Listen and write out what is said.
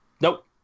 Nope